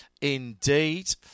indeed